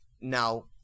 Now